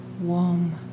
warm